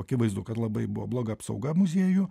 akivaizdu kad labai buvo bloga apsauga muziejų